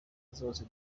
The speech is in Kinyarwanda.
zose